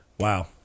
Wow